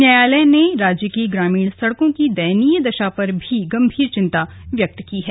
न्यायालय ने राज्य की ग्रामीण सड़कों की दयनीय दशा पर भी गंभीर चिंता व्यक्त की है